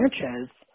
Sanchez